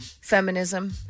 feminism